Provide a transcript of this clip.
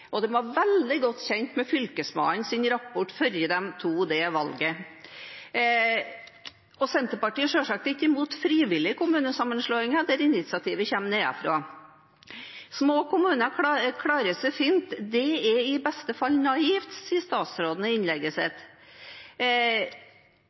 var også veldig godt kjent med Fylkesmannens rapport før de tok det valget. Senterpartiet er selvsagt ikke imot frivillige kommunesammenslåinger, der initiativet kommer nedenfra. At små kommuner klarer seg fint, er i beste fall naivt, sa statsråden